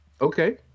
Okay